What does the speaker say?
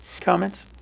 comments